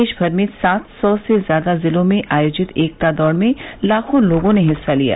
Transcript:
देश भर में सात सौ से ज्यादा जिलों में आयोजित एकता दौड़ में लाखों लोगों ने हिस्सा लिया